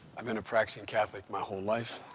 i've been a practicing catholic my whole life.